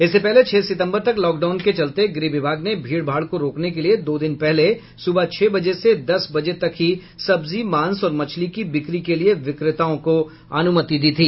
इससे पहले छह सितम्बर तक लॉकडाउन के चलते गृह विभाग ने भीड़ भाड़ को रोकने के लिए दो दिन पहले सुबह छह बजे से दस बजे तक ही सब्जी मांस और मछली की बिक्री के लिए विक्रेताओं को अनुमति दी थी